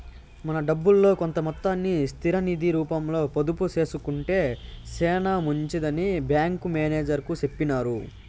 మన డబ్బుల్లో కొంత మొత్తాన్ని స్థిర నిది రూపంలో పొదుపు సేసుకొంటే సేనా మంచిదని బ్యాంకి మేనేజర్ సెప్పినారు